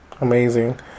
amazing